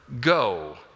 go